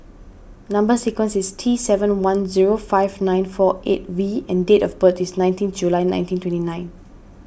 Number Sequence is T seven one zero five nine four eight V and date of birth is nineteen July nineteen twenty nine